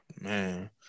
Man